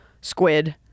squid